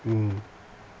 mm